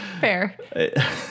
fair